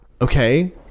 Okay